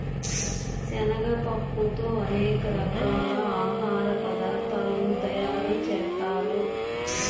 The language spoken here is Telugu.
శనగ పప్పుతో అనేక రకాల ఆహార పదార్థాలను తయారు చేత్తారు